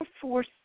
force